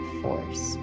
force